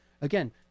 again